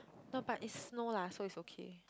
no but it's snow lah so it's okay